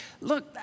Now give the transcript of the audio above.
look